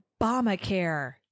Obamacare